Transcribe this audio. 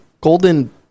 golden